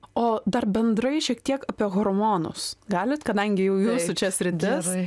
o dar bendrai šiek tiek apie hormonus galit kadangi jau jūsų čia sritis